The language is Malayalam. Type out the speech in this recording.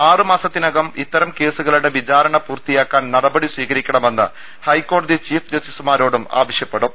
ആറുമാസ ത്തിനകം ഇത്തരം കേസുകളുടെ വിചാരണ പൂർത്തിയാ ക്കാൻ നടപടി സ്വീകരിക്കണമെന്ന് ഹൈക്കോടതി ചീഫ് ജസ്റ്റിസുമാരോടും ആവശ്യപ്പെടും